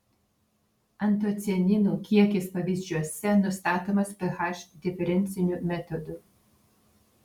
antocianinų kiekis pavyzdžiuose nustatomas ph diferenciniu metodu